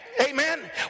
Amen